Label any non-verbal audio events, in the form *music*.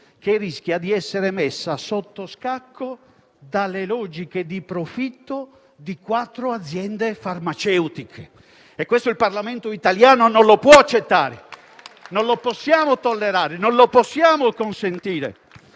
rischia di essere messa sotto scacco dalle logiche di profitto di quattro aziende farmaceutiche e questo il Parlamento italiano non lo può accettare! *applause* Non lo possiamo tollerare né consentire,